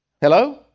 hello